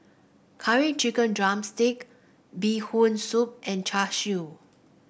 Curry Chicken drumstick Bee Hoon Soup and Char Siu